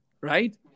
right